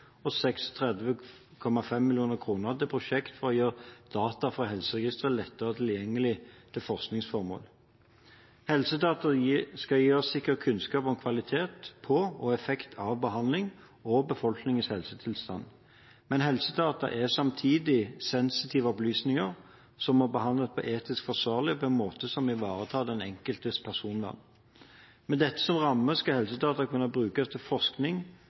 og 36,5 mill. kr til prosjekt for å gjøre data for helseregistre lettere tilgjengelig til forskningsformål. Helsedata skal gi oss sikker kunnskap om kvalitet på og effekt av behandling og befolkningens helsetilstand. Men helsedata er samtidig sensitive opplysninger, som må behandles etisk forsvarlig og på en måte som ivaretar den enkeltes personvern. Med dette som ramme skal helsedata kunne brukes til forskning,